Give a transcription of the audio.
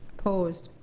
opposed?